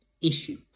issue